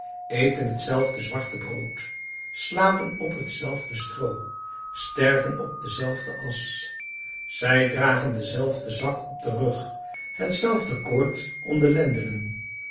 eten hetzelfde zwarte brood slapen op hetzelfde stroo sterven op dezelfde asch zij dragen denzelfden zak op den rug hetzelfde koord